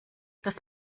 das